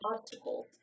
obstacles